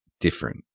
different